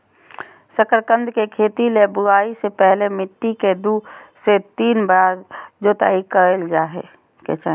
शकरकंद के खेती ले बुआई से पहले मिट्टी के दू से तीन बार जोताई करय के चाही